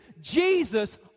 Jesus